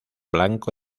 blanco